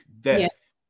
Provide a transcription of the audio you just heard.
death